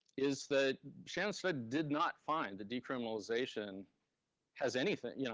is that shannon's study did not find the decriminalization has anything, yeah